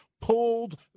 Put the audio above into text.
pulled